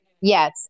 Yes